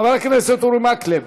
חבר הכנסת אורי מקלב,